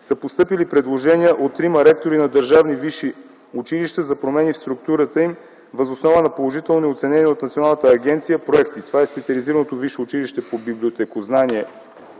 са постъпили предложения от трима ректори на държавни висши училища за промени в структурата им, въз основа на положително оценени от Националната агенция проекти. Това е специализираното Висше училище по библиотекознание